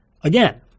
Again